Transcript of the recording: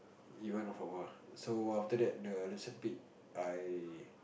even for so after that the centipede I